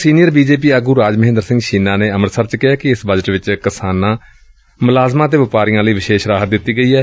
senior BJP ਆਗੁ ਰਾਜਮਹਿੰਦਰ ਸਿੰਘ ਛੀਨਾ ਨੇ ਅੰਮਿਤਸਰ ਚ ਕਿਹੈ ਕਿ ਇਸ ਬਜਟ ਵਿਚ ਕਿਸਾਨਾਂ ਮੁਲਾਜਮਾਂ ਅਤੇ ਵਪਾਰੀਆਂ ਲਈ ਵਿਸ਼ੇਸ਼ ਰਾਹਤ ਦਿੱਤੀ ਗਈ ਏ